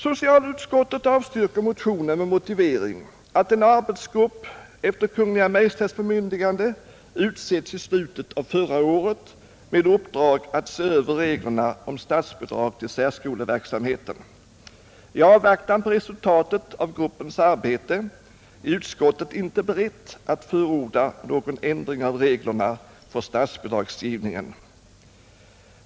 Socialutskottet avstyrker motionen med motivering, att en arbetsgrupp efter Kungl. Maj:ts bemyndigande utsetts i slutet av förra året med uppdrag att se över reglerna om statsbidrag till särskoleverksamheten. I avvaktan på resultatet av gruppens arbete är utskottet inte berett att förorda någon ändring av reglerna för statsbidragsgivningen.